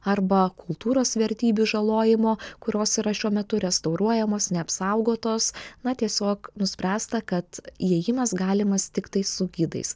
arba kultūros vertybių žalojimo kurios yra šiuo metu restauruojamos neapsaugotos na tiesiog nuspręsta kad įėjimas galimas tiktai su gidais